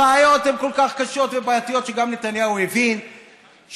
הראיות הן כל כך קשות ובעייתיות שגם נתניהו הבין שהמאבק